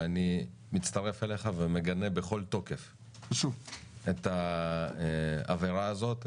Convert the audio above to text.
ואני מצטרף אליך ומגנה בכל תוקף את העבירה הזאת,